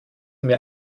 mir